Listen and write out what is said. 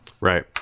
Right